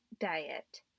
diet